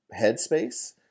headspace